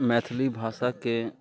मैथिली भाषाके